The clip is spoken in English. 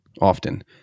often